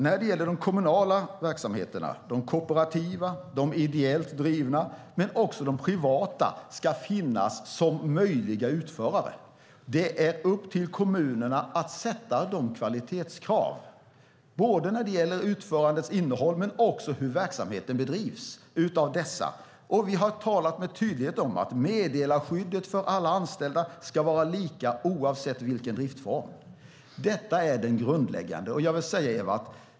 När det gäller de kommunala verksamheterna ska de kooperativa, de ideellt drivna men också de privat drivna finnas som möjliga utförare. Det är upp till kommunerna att ställa kvalitetskrav både när det gäller utförandets innehåll och hur verksamheten bedrivs av dessa. Vi har tydligt talat om att meddelarskyddet för alla anställda ska vara lika oavsett driftsform. Detta är det grundläggande.